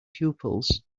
pupils